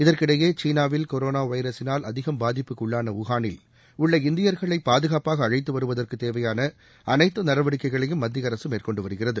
இதற்கிடையே சீனாவில் கொரோனா வைரஸினால் அதிகம் பாதிப்புக்கு உள்ளான உஹானில் உள்ள இந்தியர்களை பாதுகாப்பாக அழைத்து வருவதற்கு தேவையான அனைத்து நடவடிக்கைகளையும் மத்திய அரசு மேற்கொண்டு வருகிறது